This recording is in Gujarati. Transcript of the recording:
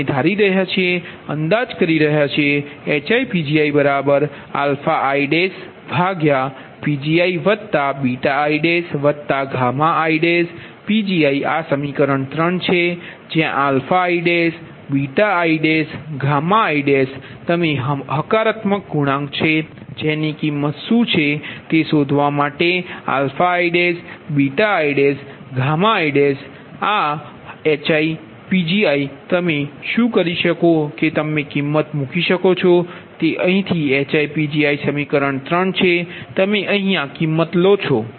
તેથી અમે ધારી રહ્યા છીએ કે અંદાજ રહ્યા છીએ કે HiPgiiPgiiiPgi આ સમીકરણ 3 છે જ્યાં i ii તમે હકારાત્મક ગુણાંક છે જેની કિંમત શું છે તે શોધવા માટે i ii હવે આ HIPgi તમે શું કરી શકો કે તમે કિમત મૂકી શકો છો તે અહીંથી HiPgi સમીકરણ 3 છે તમે અહીંમાં કિમત લો છો